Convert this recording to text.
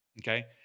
Okay